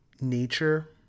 nature